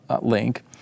link